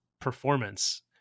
performance